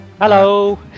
hello